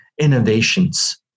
innovations